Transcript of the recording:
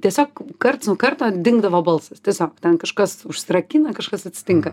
tiesiog karts nuo karto dingdavo balsas tiesiog ten kažkas užsirakina kažkas atsitinka